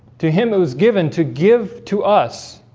to him who is given to give to us?